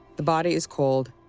the body is cold,